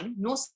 no